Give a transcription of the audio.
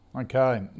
okay